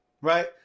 right